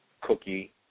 Cookie